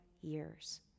years